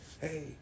Hey